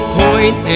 point